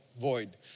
void